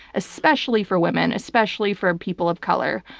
especially for women, especially for people of color,